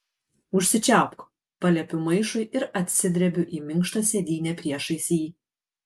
užsičiaupk paliepiu maišui ir atsidrebiu į minkštą sėdynę priešais jį